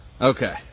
Okay